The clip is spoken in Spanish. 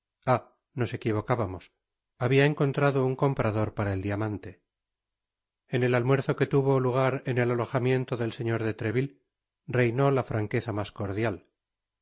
nos equivocábamos habia encontrado un comprador para el diamante en el almuerzo que tuvo lugar en el alojamiento del señor de treville reinó la franqueza mas cordial